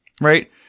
right